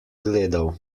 gledal